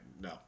No